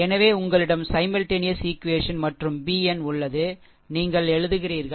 எனவே உங்களிடம் simultaneous equation simultaneous equation மற்றும் bn உள்ளது நீங்கள் எழுதுகிறீர்கள்